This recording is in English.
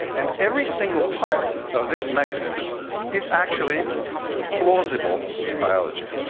and every single part of this mechanism is actually plausible in biology.